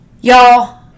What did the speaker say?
Y'all